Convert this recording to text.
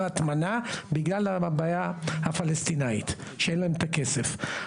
הטמנה בגלל הבעיה הפלסטינית שאין להם את הכסף.